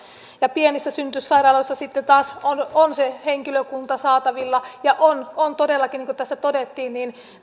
pienissä synnytyssairaaloissa sitten taas on on se henkilökunta saatavilla ja on on todellakin niin kuin tässä todettiin